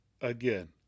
Again